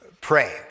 pray